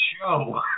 show